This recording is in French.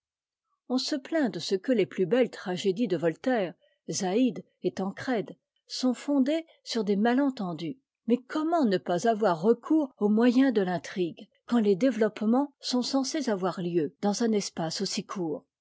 on se plaint de ce que les plus belles tragédies de voltaire zaïre et tancrède sont fondées sur des malentendus mais comment ne pas avoir recours aux moyens de l'intrigue quand les développements sont censés avoir lieu dans un espace aussi court